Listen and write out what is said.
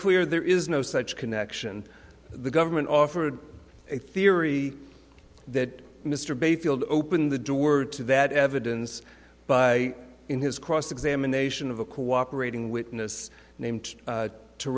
clear there is no such connection the government offered a theory that mr bayfield opened the door word to that evidence by in his cross examination of a cooperating witness named